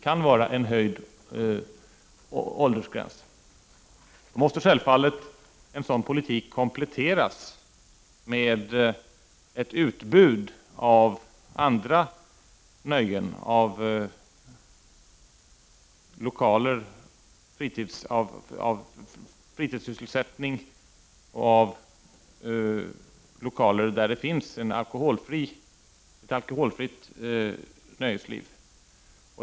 Självfallet måste en sådan politik kompletteras med ett utbud av fritidssysselsättningar, av lokaler där det finns ett alkoholfritt nöjesliv.